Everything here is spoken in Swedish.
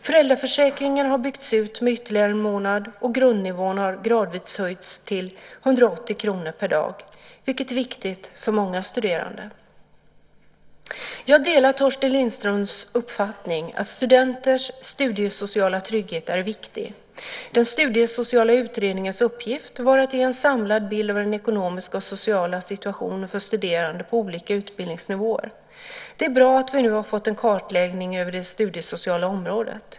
Föräldraförsäkringen har byggts ut med ytterligare en månad, och grundnivån har gradvis höjts till 180 kr per dag, vilket är viktigt för många studerande. Jag delar Torsten Lindströms uppfattning att studenters studiesociala trygghet är viktig. Den studiesociala utredningens uppgift var att ge en samlad bild av den ekonomiska och sociala situationen för studerande på olika utbildningsnivåer. Det är bra att vi har fått en kartläggning över det studiesociala området.